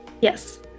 Yes